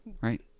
Right